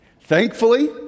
Thankfully